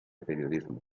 periodismo